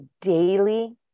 daily